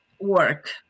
work